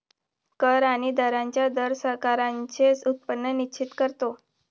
कर आणि दरांचा दर सरकारांचे उत्पन्न निश्चित करतो